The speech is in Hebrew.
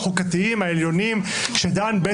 שהפוקוס של בית